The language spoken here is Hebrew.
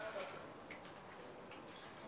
שלום לכם.